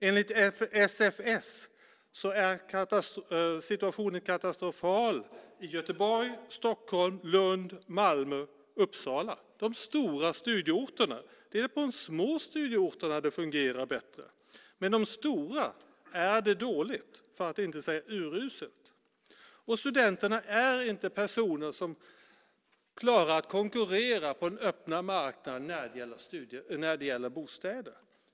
Enligt SFS är situationen katastrofal i Göteborg, Stockholm, Lund, Malmö och Uppsala, de stora studieorterna. På de små studieorterna fungerar det bättre, men på de stora är det dåligt, för att inte säga uruselt. Studenterna klarar inte att konkurrera på den öppna marknaden när det gäller bostäder.